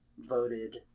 voted